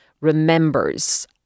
remembers